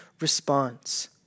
response